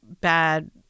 bad